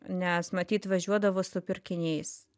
nes matyt važiuodavo su pirkiniais